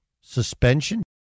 suspension